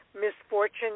misfortune